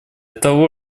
того